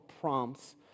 prompts